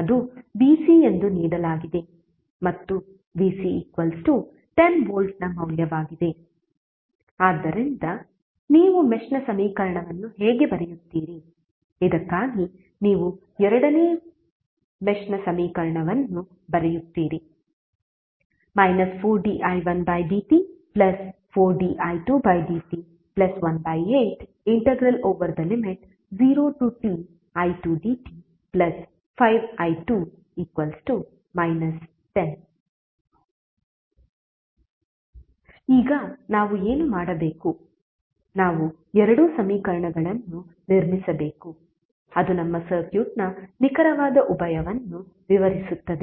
ಅದು ವಿಸಿ ಎಂದು ನೀಡಲಾಗಿದೆ ಮತ್ತು ವಿಸಿ 10 ವೋಲ್ಟ್ನ ಮೌಲ್ಯವಾಗಿದೆ ಆದ್ದರಿಂದ ನೀವು ಮೆಶ್ ನ ಸಮೀಕರಣವನ್ನು ಹೇಗೆ ಬರೆಯುತ್ತೀರಿ ಇದಕ್ಕಾಗಿ ನೀವು ಎರಡನೇ ಮೆಶ್ ನ ಸಮೀಕರಣವನ್ನು ಬರೆಯುತ್ತೀರಿ 4di1dt4di2dt180ti2dt 5i2 10 ಈಗ ನಾವು ಏನು ಮಾಡಬೇಕು ನಾವು ಎರಡು ಸಮೀಕರಣಗಳನ್ನು ನಿರ್ಮಿಸಬೇಕು ಅದು ನಮ್ಮ ಸರ್ಕ್ಯೂಟ್ನ ನಿಖರವಾದ ಉಭಯವನ್ನು ವಿವರಿಸುತ್ತದೆ